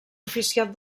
oficial